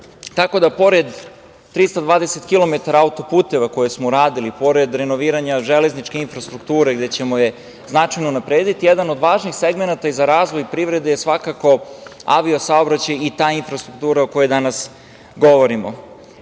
rade. Tako da pored 320 kilometara autoputeva koje smo uradili, pored renoviranja železničke infrastrukture, gde ćemo je značajno unapredi, jedan od važnih segmenata za razvoj privrede je svakako avio saobraćaj i ta infrastruktura o kojoj danas govorimo. Uvaženi